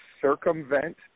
circumvent